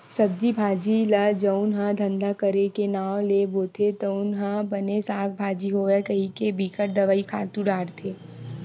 सब्जी भाजी ल जउन ह धंधा करे के नांव ले बोथे तउन ह बने साग भाजी होवय कहिके बिकट दवई, खातू डारथे